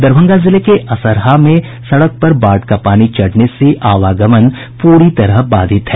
दरभंगा जिले के असरहा में सड़क पर बाढ़ का पानी चढ़ने से आवागमन पूरी तरह बाधित है